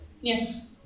Yes